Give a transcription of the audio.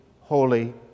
holy